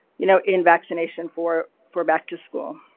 you know, in vaccination for for back to school.